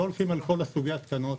לא הולכים על כל סוגי ההתקנות,